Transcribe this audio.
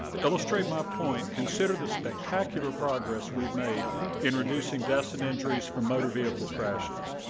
to illustrate my point, consider the spectacular progress we've made in reducing deaths and injuries from motor vehicle crashes.